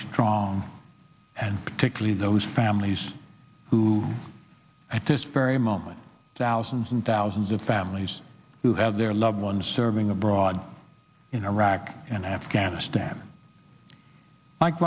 strong and particularly those families who at this very moment thousands and thousands of families who have their loved ones serving abroad in iraq and afghanistan mike